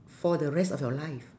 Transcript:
for the rest of your life